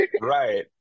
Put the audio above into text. Right